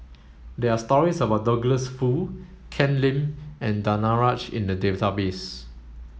there are stories about Douglas Foo Ken Lim and Danaraj in the database